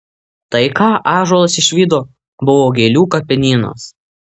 tai ką ąžuolas išvydo buvo gėlių kapinynas